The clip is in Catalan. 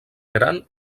gran